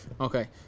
Okay